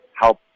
help